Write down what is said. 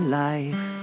life